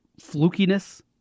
flukiness